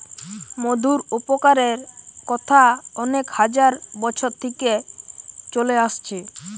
মধুর উপকারের কথা অনেক হাজার বছর থিকে চলে আসছে